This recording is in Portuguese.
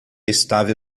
estável